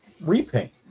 repaint